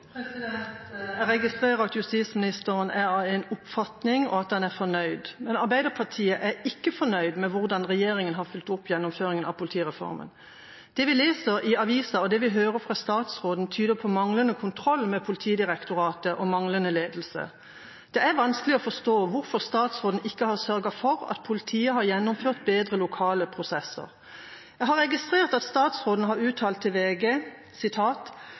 Jeg registrerer at justisministeren er av en slik oppfatning, og at han er fornøyd. Men Arbeiderpartiet er ikke fornøyd med hvordan regjeringa har fulgt opp gjennomføringen av politireformen. Det vi leser i aviser, og det vi hører fra statsråden, tyder på manglende kontroll med Politidirektoratet og manglende ledelse. Det er vanskelig å forstå hvorfor statsråden ikke har sørget for at politiet har gjennomført bedre lokale prosesser. Jeg har registrert at statsråden har uttalt til VG: